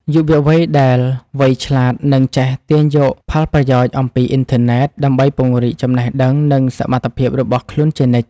យុវវ័យដែលវៃឆ្លាតនឹងចេះទាញយកផលប្រយោជន៍ពីអ៊ីនធឺណិតដើម្បីពង្រីកចំណេះដឹងនិងសមត្ថភាពរបស់ខ្លួនជានិច្ច។